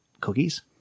cookies